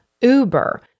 Uber